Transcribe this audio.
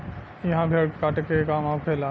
इहा भेड़ के काटे के काम होखेला